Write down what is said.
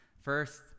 First